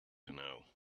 know